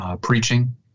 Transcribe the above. preaching